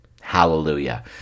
Hallelujah